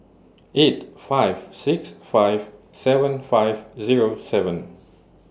eight five six five seven five Zero seven